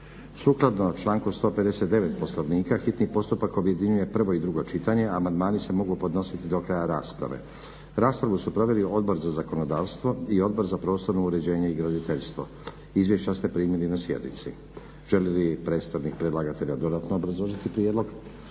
Sukladno članku 159. Poslovnika hitni postupak objedinjuje prvo i drugo čitanje, a amandmani se mogu podnositi do kraja rasprave. raspravu su proveli Odbor za zakonodavstvo i Odbor za prostorno uređenje i graditeljstvo. Izvješća ste primili na sjednici. Želi li predstavnik predlagatelja dodatno obrazložiti prijedlog?